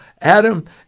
Adam